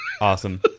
Awesome